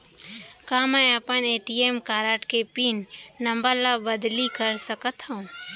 का मैं अपन ए.टी.एम कारड के पिन नम्बर ल बदली कर सकथव?